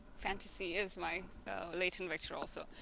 fantasy is my latent vector also.